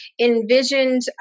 envisioned